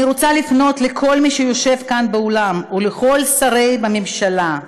אני רוצה לפנות לכל מי שיושב כאן באולם ולכל שרי הממשלה: